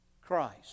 Christ